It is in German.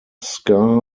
ska